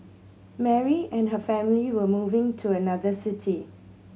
Mary and her family were moving to another city